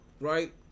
right